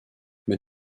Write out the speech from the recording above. mais